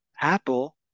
Apple